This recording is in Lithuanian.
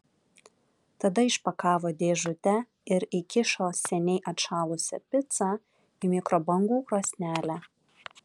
tada išpakavo dėžutę ir įkišo seniai atšalusią picą į mikrobangų krosnelę